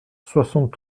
soixante